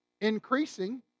increasing